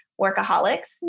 workaholics